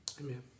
Amen